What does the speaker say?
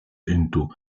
into